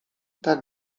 tak